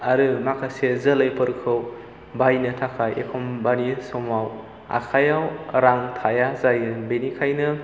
आरो माखासे जोलैफोरखौ बायनो थाखाय एखम्बानि समाव आखायाव रां थाया जायो बेनिखायनो